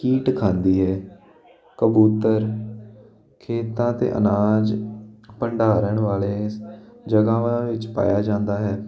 ਕੀਟ ਖਾਂਦੀ ਹੈ ਕਬੂਤਰ ਖੇਤਾਂ ਅਤੇ ਅਨਾਜ ਭੰਡਾਰ ਰਹਿਣ ਵਾਲੇ ਜਗ੍ਹਾਵਾਂ ਵਿੱਚ ਪਾਇਆ ਜਾਂਦਾ ਹੈ